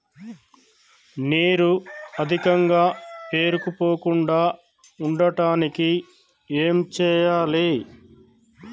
నీరు అధికంగా పేరుకుపోకుండా ఉండటానికి ఏం చేయాలి?